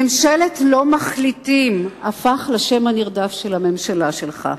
"ממשלת לא מחליטים" הפך לשמה הנרדף של ממשלתך.